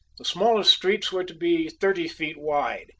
the smallest streets were to be thirty feet wide,